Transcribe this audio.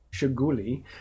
Shiguli